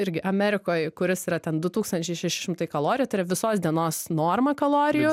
irgi amerikoj kuris yra ten du tūkstančiai šeši šimtai kalorijų tai yra visos dienos norma kalorijų